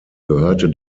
gehörte